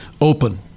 open